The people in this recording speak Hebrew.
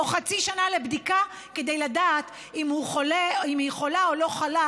או חצי שנה לבדיקה כדי לדעת אם היא חולה או לא חולה,